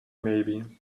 maybe